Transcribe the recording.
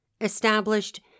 established